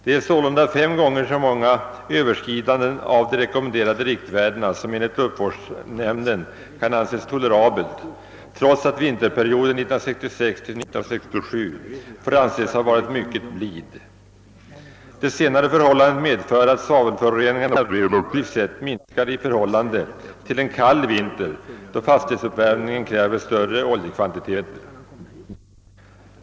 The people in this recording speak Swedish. Det är sålunda fem gånger så många överskridanden av de rekommenderade riktvärdena som enligt luftvårdsnämnden kan anses tolerabelt, trots att vinterperioden 1966— 1967 får anses ha varit mycket blid. Det senare förhållandet medför att svavelföroreningarna relativt sett minskar i förhållande till en kall vinter, då fastighetsuppvärmningen kräver större oljekvantiteter.